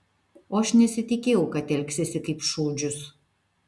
o aš nesitikėjau kad elgsiesi kaip šūdžius